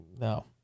No